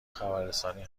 خبررسانی